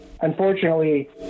unfortunately